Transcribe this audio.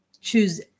choose